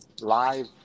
live